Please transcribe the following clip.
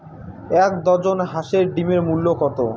এক ডজন হাঁসের ডিমের মূল্য কত?